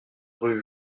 rue